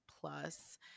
plus